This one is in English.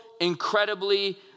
incredibly